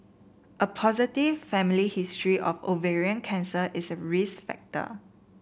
a positive family history of ovarian cancer is a risk factor